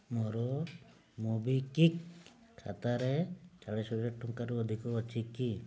ମୋର ମୋବିକ୍ଵିକ୍ ଖାତାରେ ଚାଳିଶି ହଜାର ଟଙ୍କାରୁ ଅଧିକ ଅଛି କି